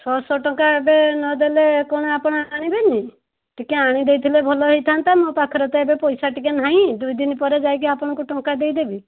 ଛଅଶହ ଟଙ୍କା ଏବେ ନଦେଲେ କ'ଣ ଆପଣ ଆଣିବେନି ଟିକେ ଆଣି ଦେଇଥିଲେ ଭଲ ହେଇଥାନ୍ତା ମୋ ପାଖରେ ତ ଏବେ ପଇସା ଟିକେ ନାହିଁ ଦୁଇଦିନ ପରେ ଯାଇକି ଆପଣଙ୍କୁ ଟଙ୍କା ଦେଇ ଦେବି